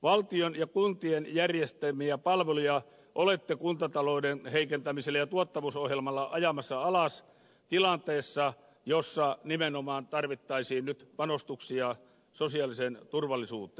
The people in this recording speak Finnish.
valtion ja kuntien järjestämiä palveluja olette kuntatalouden heikentämi sellä ja tuottavuusohjelmalla ajamassa alas tilanteessa jossa nimenomaan tarvittaisiin nyt panostuksia sosiaaliseen turvallisuuteen